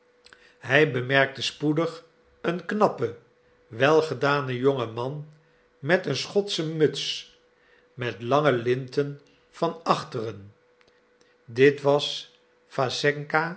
hij bemerkte spoedig een knappen welgedanen jongen man met een schotsche muts met lange linten van achteren dit was